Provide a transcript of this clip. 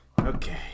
Okay